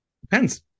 Depends